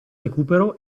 recupero